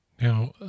Now